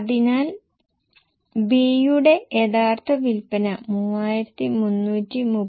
അതിനാൽ B യുടെ യഥാർത്ഥ വിൽപ്പന 3331